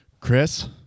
Chris